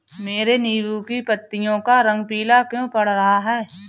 मेरे नींबू की पत्तियों का रंग पीला क्यो पड़ रहा है?